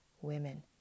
women